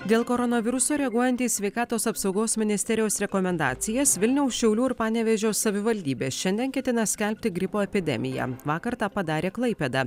dėl koronaviruso reaguojant į sveikatos apsaugos ministerijos rekomendacijas vilniaus šiaulių ir panevėžio savivaldybės šiandien ketina skelbti gripo epidemiją vakar tą padarė klaipėda